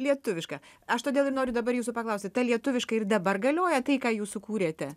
lietuvišką aš todėl ir noriu dabar jūsų paklausti lietuviška ir dabar galioja tai ką jūs sukūrėte